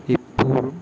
ഇപ്പോഴും